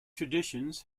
traditions